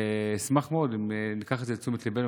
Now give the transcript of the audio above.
אשמח מאוד אם ניקח את זה לתשומת ליבנו,